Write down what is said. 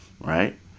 right